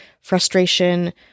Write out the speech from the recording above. frustration